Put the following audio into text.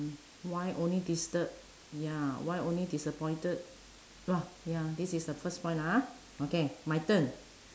why only disturb ya why only disappointed lah ya this is the first point lah ah okay my turn